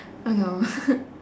oh no